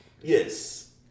yes